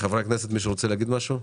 חברי הכנסת, מישהו רוצה להגיד משהו?